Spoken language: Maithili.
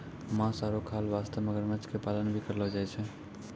मांस आरो खाल वास्तॅ मगरमच्छ के पालन भी करलो जाय छै